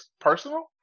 personal